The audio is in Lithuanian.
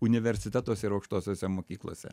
universitetuose ir aukštosiose mokyklose